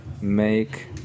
make